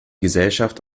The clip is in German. gesellschaft